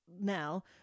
now